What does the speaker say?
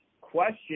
question